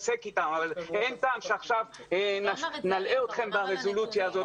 אין טעם שעכשיו נלאה אתכם ברזולוציה הזאת,